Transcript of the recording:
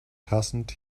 hastened